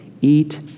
eat